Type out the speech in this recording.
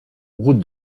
route